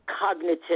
cognitive